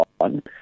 on